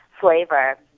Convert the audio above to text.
flavor